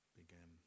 began